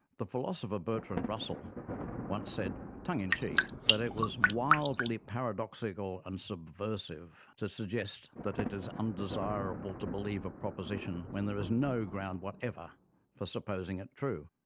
the philosopher bertrand russell once said, tongue in cheek, that it was wildly paradoxical and subversive to suggest that it is undesirable to believe a proposition when there is no ground whatever for supposing it true.